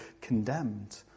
condemned